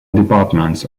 departments